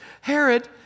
Herod